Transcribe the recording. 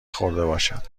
خوردهباشد